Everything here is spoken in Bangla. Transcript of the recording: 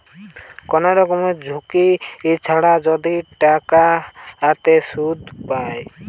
কোন রকমের ঝুঁকি ছাড়া যদি টাকাতে সুধ পায়